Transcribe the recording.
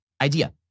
idea